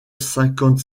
cinquante